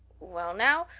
well now,